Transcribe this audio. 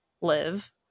live